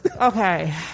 Okay